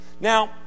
Now